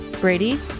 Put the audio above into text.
Brady